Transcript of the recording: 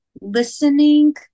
listening